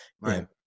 right